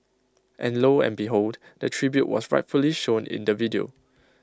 and lo and behold the tribute was rightfully shown in the video